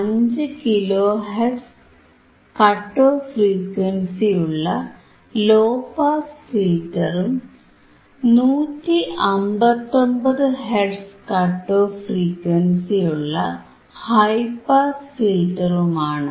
5 kilo hertz cut off ഫ്രീക്വൻസിയുള്ള low pass ഫിൽറ്ററും 159 hertz cut off ഫ്രീക്വൻസിയുള്ള ഹൈ പാസ് ഫിൽറ്ററുമാണ്